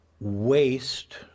waste